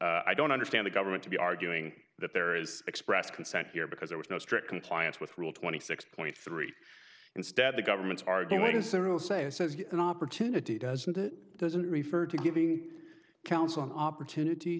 i don't understand the government to be arguing that there is express consent here because there was no strict compliance with rule twenty six point three instead the government's argument is the rules say it says an opportunity doesn't it doesn't refer to giving counsel an opportunity